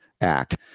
Act